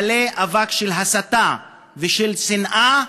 מלא אבק של הסתה ושל שנאה,